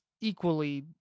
equally